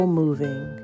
moving